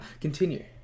Continue